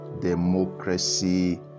democracy